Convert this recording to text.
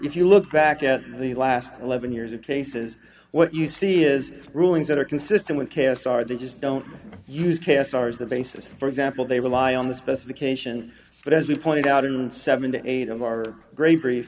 if you look back at the last eleven years of cases what you see is rulings that are consistent with cas are they just don't use k s r as the basis for example they rely on the specification but as we pointed out in the seven to eight of our great br